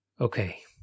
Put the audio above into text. Okay